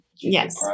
Yes